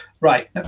right